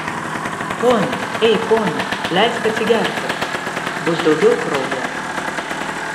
pone ei pone leisk atsigerti bus daugiau kraujo